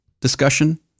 discussion